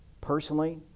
Personally